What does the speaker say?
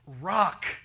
rock